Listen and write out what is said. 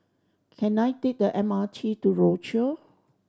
can I take the M R T to Rochor